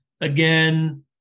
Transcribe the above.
Again